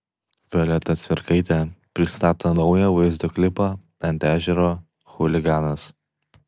violeta cvirkaitė pristato naują vaizdo klipą ant ežero chuliganas